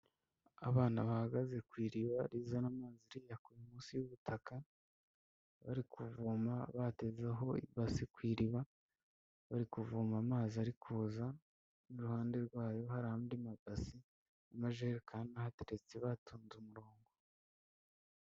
Abana bahagaze ku iriba, rizana amazi riyakura munsi y'ubutaka, bari kuvoma batezeho ibasi ku iriba, bari kuvoma amazi ari kuza, n'uruhande rwayo hari andi mabasi, n'amajerekani ahateretse batonze umurongo.